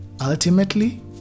ultimately